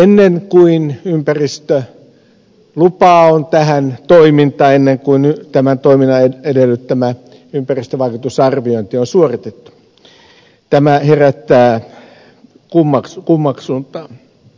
ennen kuin on ympäristölupaa tähän toimintaan ennen kuin tämän toiminnan edellyttämä ympäristövaikutusarviointi on suoritettu tämä herättää kummaksuntaa